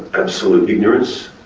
absolute ignorance,